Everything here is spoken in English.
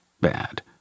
bad